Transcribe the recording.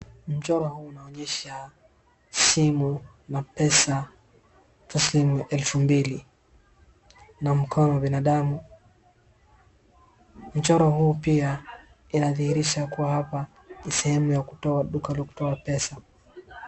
Mchoro huu unaonyesha simu na pesa taslimu ya elfu mbili, na mkono wa binadamu. Mchoro huu pia inadhihirisha kuwa hapa ni sehemu ya kutoa, duka la kutoa pesa.